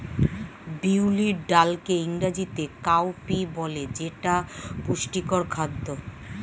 বিউলির ডালকে ইংরেজিতে কাউপি বলে যেটা পুষ্টিকর খাদ্য